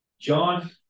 John